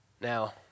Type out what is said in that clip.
Now